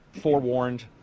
forewarned